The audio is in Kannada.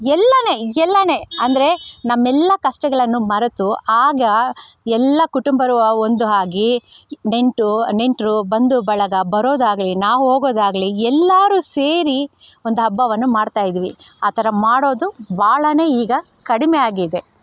ಎಲ್ಲವೇ ಎಲ್ಲವೇ ಅಂದರೆ ನಮ್ಮೆಲ್ಲ ಕಷ್ಟಗಳನ್ನು ಮರೆತು ಆಗ ಎಲ್ಲ ಕುಟುಂಬರು ಒಂದು ಆಗಿ ನೆಂಟು ನೆಂಟರು ಬಂಧು ಬಳಗ ಬರೋದಾಗಲಿ ನಾವು ಹೋಗೋದಾಗಲಿ ಎಲ್ಲರೂ ಸೇರಿ ಒಂದು ಹಬ್ಬವನ್ನು ಮಾಡ್ತಾಯಿದ್ವಿ ಆ ಥರ ಮಾಡೋದು ಭಾಳನೇ ಈಗ ಕಡಿಮೆ ಆಗಿದೆ